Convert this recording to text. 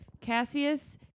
Cassius